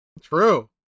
True